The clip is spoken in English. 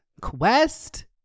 Quest